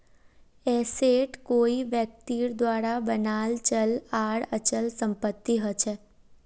asset कोई व्यक्तिर द्वारा बनाल चल आर अचल संपत्ति हछेक